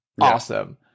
Awesome